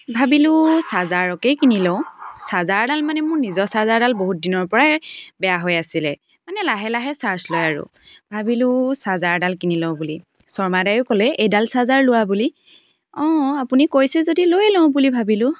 ভাবিলোঁ চাৰ্জাৰকে কিনি লওঁ চাৰ্জাৰডাল মানে মোৰ নিজৰ চাৰ্জাৰডাল বহুত দিনৰ পৰাই বেয়া হৈ আছিলে মানে লাহে লাহে চাৰ্জ লয় আৰু ভাবিলোঁ চাৰ্জাৰডাল কিনি লওঁ বুলি শৰ্মাদায়ো ক'লে এইডাল চাৰ্জাৰ লোৱা বুলি অঁ আপুনি কৈছে যদি লৈ লওঁ বুলি ভাবিলোঁ